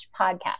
podcast